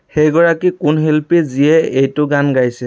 সেইগৰাকী কোন শিল্পী যিয়ে এইটো গান গাইছে